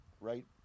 right